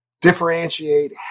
differentiate